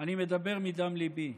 אני מדבר מדם ליבי,